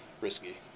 risky